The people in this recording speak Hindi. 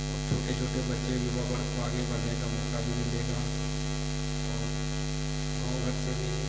और छोटे छोटे बच्चे युवा वर्ग को खेलने का मौक़ा भी मिलेगा और गाँव घर से भी